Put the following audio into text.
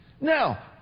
Now